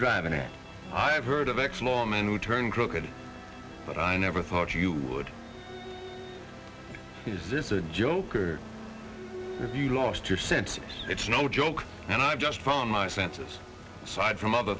driving at i've heard of x law men who turn crooked but i never thought you would is this a joke or if you lost your sense it's no joke and i've just done my senses aside from other